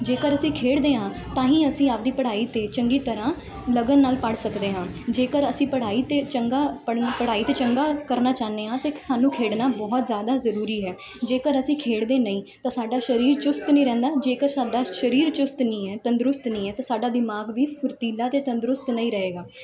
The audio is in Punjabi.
ਜੇਕਰ ਅਸੀਂ ਖੇਡਦੇ ਹਾਂ ਤਾਂ ਹੀ ਅਸੀਂ ਆਪਦੀ ਪੜ੍ਹਾਈ 'ਤੇ ਚੰਗੀ ਤਰ੍ਹਾਂ ਲਗਨ ਨਾਲ ਪੜ੍ਹ ਸਕਦੇ ਹਾਂ ਜੇਕਰ ਅਸੀਂ ਪੜ੍ਹਾਈ ਤੇ ਚੰਗਾ ਪੜ੍ਹਨ ਪੜ੍ਹਾਈ 'ਤੇ ਚੰਗਾ ਕਰਨਾ ਚਾਹੁੰਦੇ ਹਾਂ ਅਤੇ ਸਾਨੂੰ ਖੇਡਣਾ ਬਹੁਤ ਜ਼ਿਆਦਾ ਜ਼ਰੂਰੀ ਹੈ ਜੇਕਰ ਅਸੀਂ ਖੇਡਦੇ ਨਹੀਂ ਤਾਂ ਸਾਡਾ ਸਰੀਰ ਚੁਸਤ ਨਹੀਂ ਰਹਿੰਦਾ ਜੇਕਰ ਸਾਡਾ ਸਰੀਰ ਚੁਸਤ ਨਹੀਂ ਹੈ ਤੰਦਰੁਸਤ ਨਹੀਂ ਹੈ ਤਾਂ ਸਾਡਾ ਦਿਮਾਗ ਵੀ ਫੁਰਤੀਲਾ ਅਤੇ ਤੰਦਰੁਸਤ ਨਹੀਂ ਰਹੇਗਾ